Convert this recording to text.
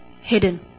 hidden